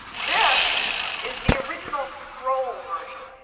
this is the original scroll version.